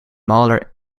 mahler